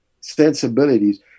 sensibilities